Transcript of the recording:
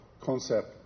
concept